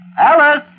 Alice